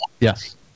yes